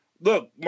Look